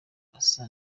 asa